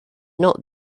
not